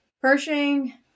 Pershing